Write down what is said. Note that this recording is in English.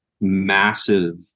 massive